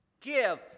Give